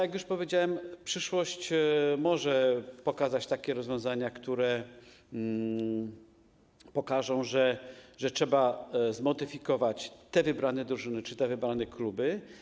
Jak już powiedziałem, przyszłość może pokazać takie rozwiązania, które uwidocznią to, że trzeba zmodyfikować te wybrane drużyny czy te wybrane kluby.